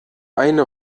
eine